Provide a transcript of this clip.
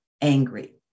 angry